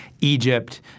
Egypt